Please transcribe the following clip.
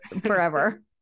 forever